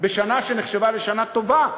בשנה שנחשבה לשנה טובה,